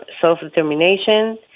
self-determination